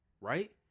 Right